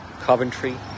Coventry